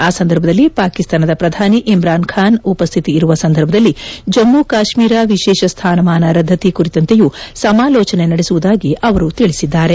ಆ ಸಂದರ್ಭದಲ್ಲಿ ಪಾಕಿಸ್ತಾನದ ಪ್ರಧಾನಿ ಇಮ್ರಾನ್ ಖಾನ್ ಉಪಸ್ಥಿತಿ ಇರುವ ಸಂದರ್ಭದಲ್ಲಿ ಜಮ್ಮ ಕಾಶ್ಮೀರ ವಿಶೇಷ ಸ್ಥಾನಮಾನ ರದ್ದತಿ ಕುರಿತಂತೆಯೂ ಸಮಾಲೋಚನೆ ನಡೆಸುವುದಾಗಿ ಅವರು ತಿಳಿಸಿದ್ದಾರೆ